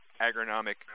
agronomic